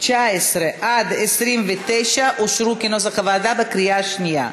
29 אושרו כנוסח הוועדה בקריאה השנייה.